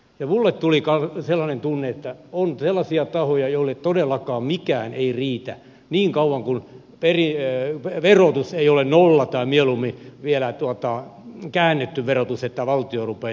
ja minulle tuli sellainen tunne että on sellaisia tahoja joille todellakaan mikään ei riitä niin kauan kun verotus ei ole nolla tai mieluummin olisi vielä käännetty verotus että valtio rupeaisi maksamaan